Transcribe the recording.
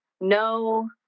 no